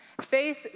Faith